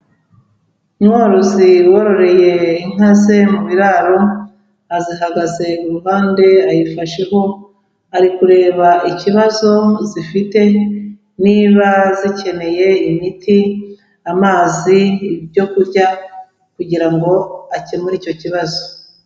Umworozi wororeye inka ze mu biraro, azihagaze iruhande ayifasheho, ari kureba ikibazo zifite, niba zikeneye imiti, amazi, ibyo kurya, kugira ngo akemure icyo kibazo.